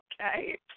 Okay